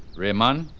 rehman,